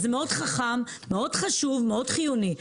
זה חכם מאוד, חשוב מאוד, חיוני מאוד.